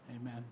Amen